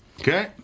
Okay